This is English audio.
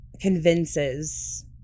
convinces